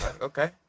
Okay